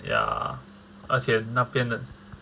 ya 而且那边的